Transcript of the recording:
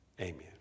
Amen